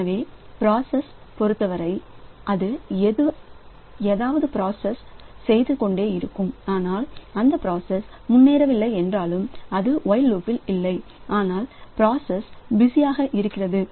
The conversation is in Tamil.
எனவே பிராசஸ் பொருத்தவரை அது ஏதாவது பிராசஸ் செய்து கொண்டிருக்கிறது ஆனால் அந்த பிராசஸ் முன்னேறவில்லை என்றாலும் அது ஒயில்லூப்பிளும் இல்லை ஆனால் பிராசஸ் பிஸியாக இருக்கிறது